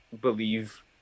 believe